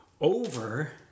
over